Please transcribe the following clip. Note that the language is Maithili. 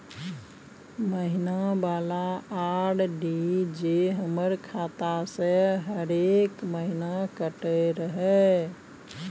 महीना वाला आर.डी जे हमर खाता से हरेक महीना कटैत रहे?